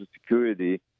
Security